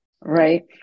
Right